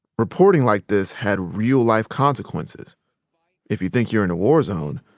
reporting like this had real-life consequences if you think you're in a war zone,